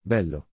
Bello